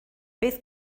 beth